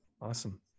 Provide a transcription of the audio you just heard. Awesome